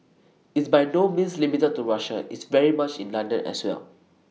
it's by no means limited to Russia it's very much in London as well